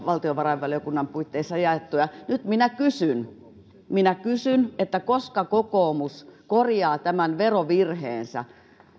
valtiovarainvaliokunnan puitteissa jaettu nyt minä kysyn minä kysyn koska kokoomus korjaa tämän verovirheensä